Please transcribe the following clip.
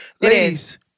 Ladies